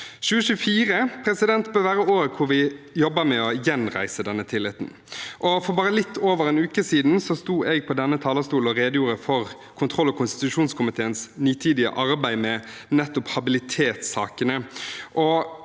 2024 bør være året hvor vi jobber med å gjenreise denne tilliten. For bare litt over en uke siden sto jeg på denne talerstolen og redegjorde for kontroll- og konstitusjonskomiteens nitide arbeid med nettopp habilitetssakene.